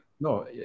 No